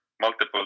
multiple